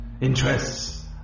interests